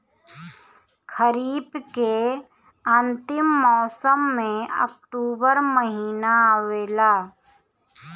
खरीफ़ के अंतिम मौसम में अक्टूबर महीना आवेला?